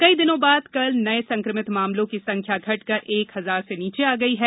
कई दिनों बाद कल नये संक्रमित मामलों की संख्या घटकर एक हजार से नीचे आ गई है